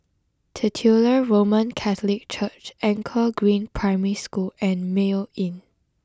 Titular Roman Catholic Church Anchor Green Primary School and Mayo Inn